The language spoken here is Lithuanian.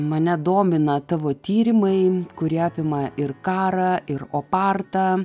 mane domina tavo tyrimai kurie apima ir karą ir opartą